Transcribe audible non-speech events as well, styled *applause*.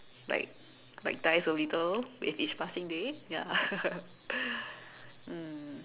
like like dies a little with each passing day ya *laughs* mm